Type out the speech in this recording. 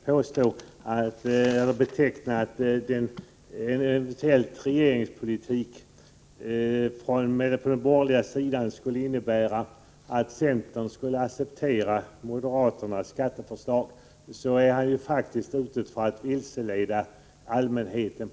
Fru talman! När Tommy Franzén påstod att regeringspolitiken vid en eventuell borgerlig valseger skulle innebära att centern skulle acceptera moderaternas skatteförslag, var han faktiskt ute för att vilseleda allmänheten.